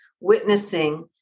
witnessing